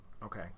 Okay